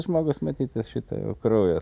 žmogus matyt jis šitą jau kraujyje